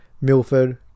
Milford